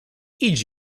idź